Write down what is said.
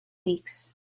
weeks